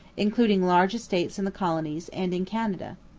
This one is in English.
including large estates in the colonies and in canada.